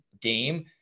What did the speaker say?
game